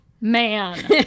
man